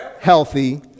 healthy